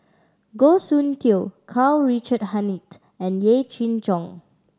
Goh Soon Tioe Karl Richard Hanitsch and Yee Jenn Jong